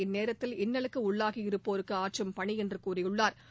இந்நேரத்தில் இன்னலுக்கு உள்ளாகியிருப்போருக்கு ஆற்றும் பணி என்று கூறியுள்ளா்